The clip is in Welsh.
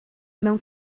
mewn